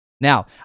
now